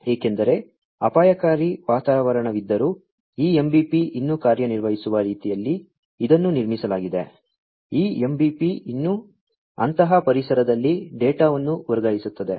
ಏಕೆಂದರೆ ಅಪಾಯಕಾರಿ ವಾತಾವರಣವಿದ್ದರೂ ಈ MBP ಇನ್ನೂ ಕಾರ್ಯನಿರ್ವಹಿಸುವ ರೀತಿಯಲ್ಲಿ ಇದನ್ನು ನಿರ್ಮಿಸಲಾಗಿದೆ ಈ MBP ಇನ್ನೂ ಅಂತಹ ಪರಿಸರದಲ್ಲಿ ಡೇಟಾವನ್ನು ವರ್ಗಾಯಿಸುತ್ತದೆ